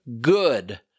good